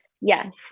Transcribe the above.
Yes